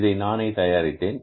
இதை நானே தயாரித்தேன்